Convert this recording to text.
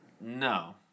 No